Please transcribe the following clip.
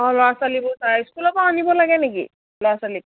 অঁ ল'ৰা ছোৱালীবোৰ চাই স্কুলৰ পৰাও আনিব লাগে নেকি ল'ৰা ছোৱালীক